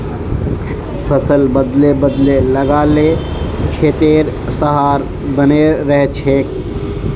फसल बदले बदले लगा ल खेतेर सहार बने रहछेक